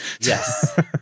Yes